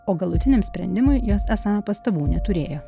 o galutiniam sprendimui jas esą pastabų neturėjo